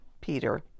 Peter